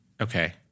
Okay